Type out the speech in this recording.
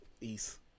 east